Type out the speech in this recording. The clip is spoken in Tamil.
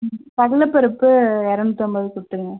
கடலைப்பருப்பு எரநூற்றைம்பது கொடுத்துருங்க